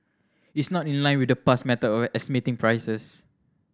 it's not in line with the past method of estimating prices